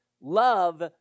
love